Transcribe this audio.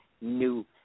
new